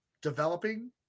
developing